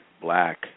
black